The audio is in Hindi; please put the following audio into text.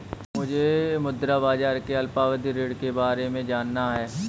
मुझे मुद्रा बाजार के अल्पावधि ऋण के बारे में जानना है